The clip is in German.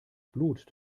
blut